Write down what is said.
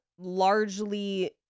Largely